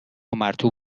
مرطوب